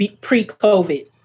pre-COVID